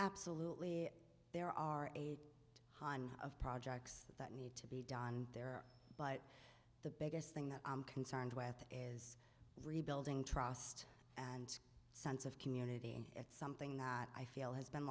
absolutely there are a hahn of projects that need to be done there but the biggest thing that i'm concerned with is rebuilding trust sense of community and it's something that i feel has been